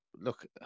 look